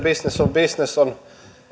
bisnes on bisnes on